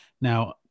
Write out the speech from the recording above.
Now